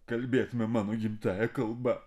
kalbėtume mano gimtąja kalba